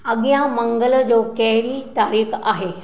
अॻियां मंगल जो कहिड़ी तारीख़ आहे